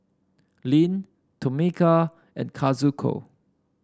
Lyn Tomeka and Kazuko